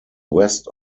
west